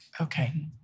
Okay